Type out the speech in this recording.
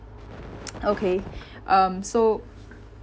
okay um so